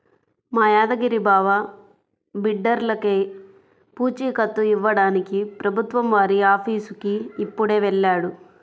మా యాదగిరి బావ బిడ్డర్లకి పూచీకత్తు ఇవ్వడానికి ప్రభుత్వం వారి ఆఫీసుకి ఇప్పుడే వెళ్ళాడు